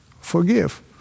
forgive